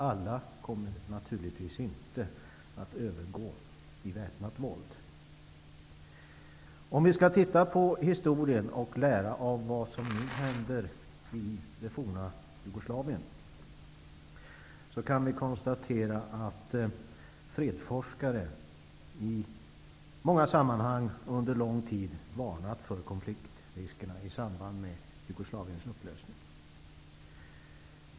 Alla kommer naturligtvis inte att övergå i väpnat våld. Om vi tittar på historien och försöker lära av vad som nu händer i det forna Jugoslavien, kan vi konstatera att fredsforskare i många sammanhang under lång tid har varnat för konfliktriskerna i samband med Jugoslaviens upplösning.